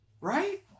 Right